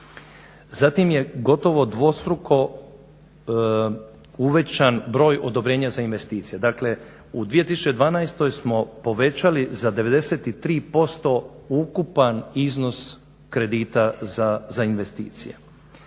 zatim je gotovo dvostruko uvećan broj odobrenja za investicije. Dakle, u 2012. smo povećali za 93% ukupan iznos kredita za investicije.